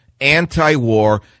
anti-war